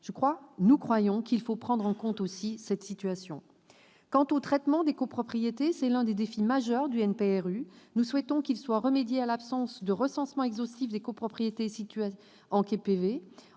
». Nous croyons qu'il faut aussi prendre en compte cette situation. Quant au traitement des copropriétés, il constitue l'un des défis majeurs du NPNRU. Nous souhaitons qu'il soit remédié à l'absence de recensement exhaustif des copropriétés situées dans